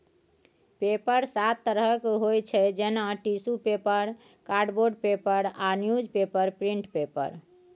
paper सात तरहक होइ छै जेना टिसु पेपर, कार्डबोर्ड पेपर आ न्युजपेपर प्रिंट पेपर